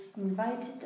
invited